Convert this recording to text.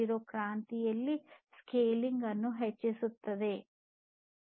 0 ಕ್ರಾಂತಿಯಲ್ಲಿ ಸ್ಕೇಲಿಂಗ್ ಅನ್ನು ಹೆಚ್ಚಿಸುತ್ತದೆ